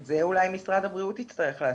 את זה אולי משרד הבריאות יצטרך להסביר.